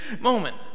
moment